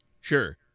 Sure